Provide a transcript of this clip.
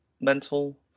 mental